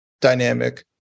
dynamic